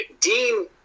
Dean